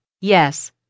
Yes